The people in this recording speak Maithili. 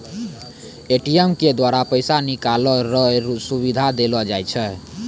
ए.टी.एम के द्वारा पैसा निकालै रो सुविधा देलो जाय छै